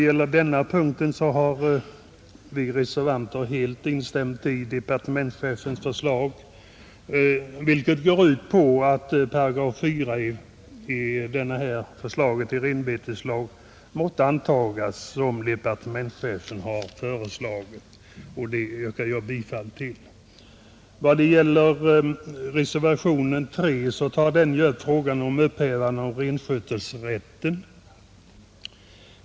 På denna punkt har vi reservanter helt instämt i departemenstchefens förslag, vilket går ut på att 4§ i förslaget till renbeteslag måtte antagas som departementschefen har föreslagit. Det yrkar jag bifall till, Reservationen 3 tar upp frågan om upphävande av renskötselrätten.